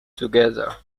together